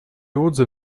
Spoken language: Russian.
отзыв